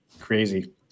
crazy